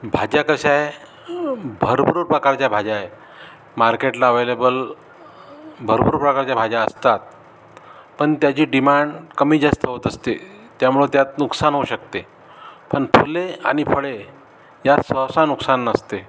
भाज्या कशा आहे भरपूर प्रकारच्या भाज्या आहे मार्केटला अवेलेबल भरपूर प्रकारच्या भाज्या असतात पण त्याची डिमांड कमी जास्त होत असते त्यामुळं त्यात नुकसान होऊ शकते पण फुले आणि फळे यात सहसा नुकसान नसते